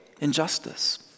injustice